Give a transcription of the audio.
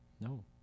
No